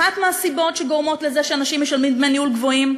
אחת מהסיבות שגורמות לזה שאנשים משלמים דמי ניהול גבוהים,